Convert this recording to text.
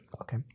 Okay